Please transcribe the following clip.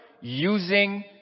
Using